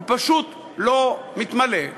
הוא פשוט לא מתמלא,